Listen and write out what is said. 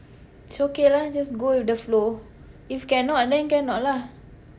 it's okay lah just go with the flow if cannot then cannot lah